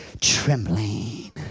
trembling